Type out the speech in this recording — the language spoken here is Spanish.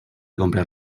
compres